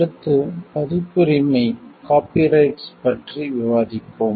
அடுத்து பதிப்புரிமை காபிரைட்ஸ் பற்றி விவாதிப்போம்